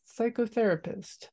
psychotherapist